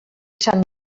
sant